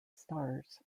stars